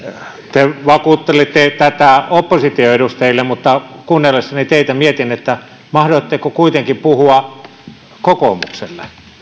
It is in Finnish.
te vakuuttelitte tätä opposition edustajille mutta kuunnellessani teitä mietin mahdoitteko kuitenkin puhua kokoomukselle